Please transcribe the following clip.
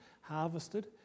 harvested